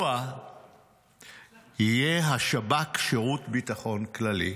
הריבוע יהיה השב"כ, שירות ביטחון כללי.